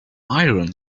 iron